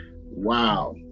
Wow